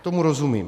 Tomu rozumím.